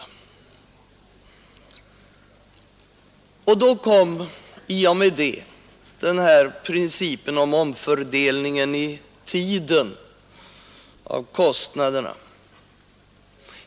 I och med det kom principen om omfördelning i tiden av kostnaderna.